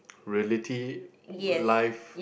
reality life